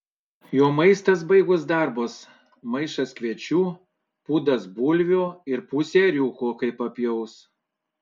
jo maistas baigus darbus maišas kviečių pūdas bulvių ir pusė ėriuko kai papjaus